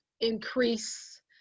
increase